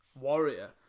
warrior